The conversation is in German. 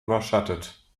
überschattet